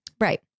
Right